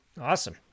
Awesome